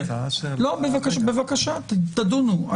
בבקשה, תדונו.